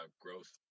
growth